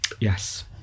Yes